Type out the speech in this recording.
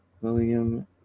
william